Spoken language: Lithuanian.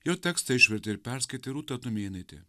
jo tekstą išvertė ir perskaitė rūta tumėnaitė